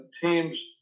teams